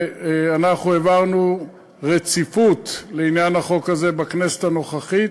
ואנחנו העברנו רציפות לעניין החוק הזה בכנסת הנוכחית.